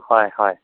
হয় হয়